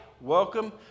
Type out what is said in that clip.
welcome